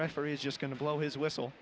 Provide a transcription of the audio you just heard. referee is just going to blow his whistle